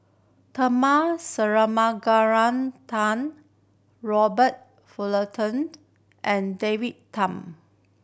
Tharman Shanmugaratnam Robert Fullertoned and David Tham